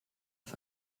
auf